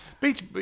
Beach